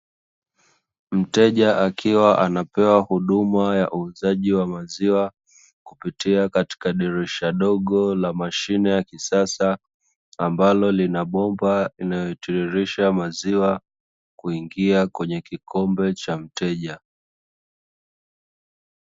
Mteja akiwa anapewa huduma ya uuzaji wa maziwa kupitia katika dirisha dogo la mashine ya kisasa, ambalo linabomba inayotiririsha maziwa kuingia kwenye kikombe cha mteja.